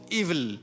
evil